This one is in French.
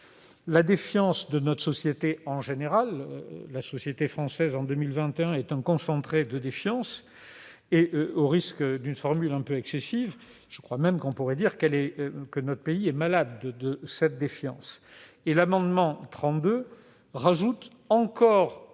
la défiance de notre société en général, la société française de 2021 étant un concentré de défiance. Au risque d'une formule un peu excessive, je crois même qu'on pourrait dire que notre pays est malade de cette défiance. L'amendement n° 32 ajoute encore